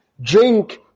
drink